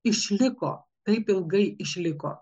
išliko taip ilgai išliko